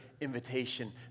invitation